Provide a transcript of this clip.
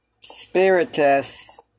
Spiritus